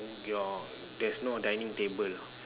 your there's no dining table